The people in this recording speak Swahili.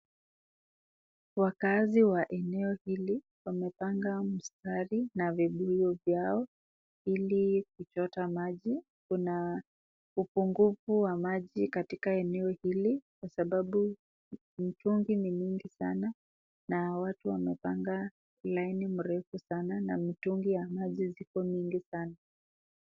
Wakaazi wa eneo hili wamepanga mstari na vibuyu vyao ili kuchota maji. Kuna upungufu wa maji katika eneo hili kwa sababu mitungi ni mingi sana na watu wamepanga laini mrefu sana na mitungi ya maji ziko mingi sana.